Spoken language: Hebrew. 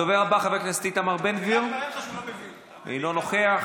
הדובר הבא, חבר הכנסת איתמר בן גביר אינו נוכח,